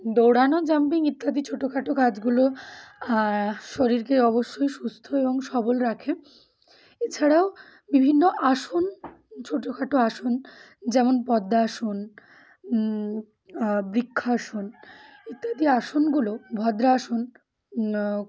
দৌড়ানো জাম্পিং ইত্যাদি ছোটোখাটো কাজগুলো শরীরকে অবশ্যই সুস্থ এবং সবল রাখে এছাড়াও বিভিন্ন আসন ছোটোখাটো আসন যেমন পদ্মাসন বৃক্ষাসন ইত্যাদি আসনগুলো ভদ্রাসন